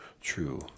true